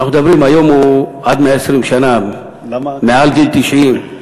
היום הוא, עד 120 שנה, בן יותר מ-90,